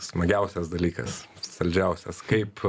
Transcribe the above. smagiausias dalykas saldžiausias kaip